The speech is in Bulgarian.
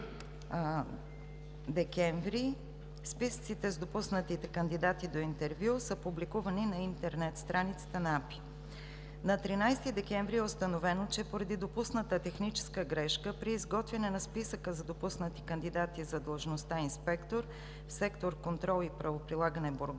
списъците с допуснатите кандидати до интервю са публикувани на интернет страницата на Агенция „Пътна инфраструктура“. На 13 декември е установено, че поради допусната техническа грешка при изготвяне на списъка за допуснати кандидати за длъжността „инспектор“ в сектор „Контрол и правоприлагане“ – Бургас,